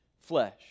flesh